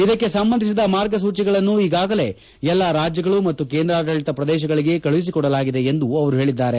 ಇದಕ್ಕೆ ಸಂಬಂಧಿಸಿದ ಮಾರ್ಗಸೂಚಿಗಳನ್ನು ಈಗಾಗಲೇ ಎಲ್ಲಾ ರಾಜ್ಯಗಳು ಮತ್ತು ಕೇಂದ್ರಾಡಳಿತ ಪ್ರದೇಶಗಳಿಗೆ ಕಳುಹಿಸಿಕೊಡಲಾಗಿದೆ ಎಂದು ಅವರು ಹೇಳಿದ್ದಾರೆ